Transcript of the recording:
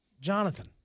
Jonathan